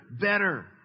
better